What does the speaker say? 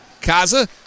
Kaza